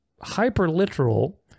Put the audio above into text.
hyper-literal